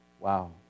Wow